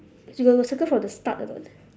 you got got circle from the start or not